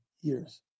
years